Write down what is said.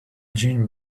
gin